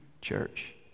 church